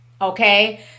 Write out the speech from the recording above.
okay